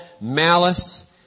malice